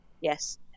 yes